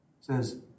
says